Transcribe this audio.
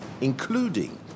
including